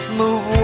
move